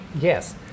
Yes